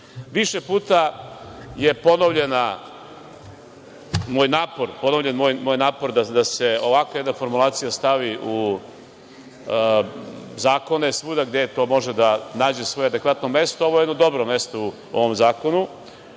puta je ponovljen moj napor da se ovakva jedna formulacija stavi u zakone svuda gde to može da nađe svoje adekvatno mesto i ovo je jedno dobro mesto u ovom zakonu.U